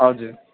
हजुर